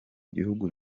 gihugu